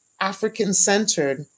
African-centered